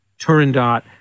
Turandot